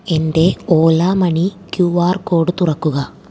എൻ്റെ Ola money Q R code തുറക്കുക